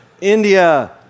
India